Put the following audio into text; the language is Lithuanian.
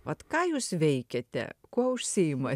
vat ką jūs veikiate kuo užsiima